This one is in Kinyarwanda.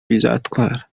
bizatwara